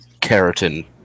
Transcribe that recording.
keratin